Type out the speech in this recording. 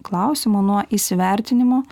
klausimo nuo įsivertinimo